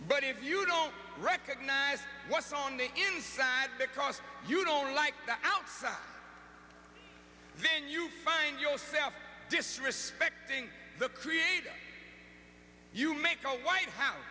but if you don't recognize what's on the inside because you don't like the outside then you find yourself disrespecting the creator you make a white house